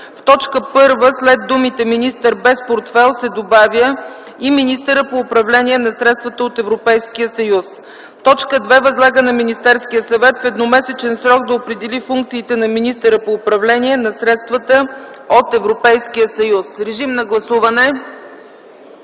в т. 1 след думите „министър без портфейл” се добавя „и министър по управление на средствата от Европейския съюз”. 2. Възлага на Министерския съвет в едномесечен срок да определи функциите на министъра по управление на средствата от Европейския съюз.” Моля, гласувайте.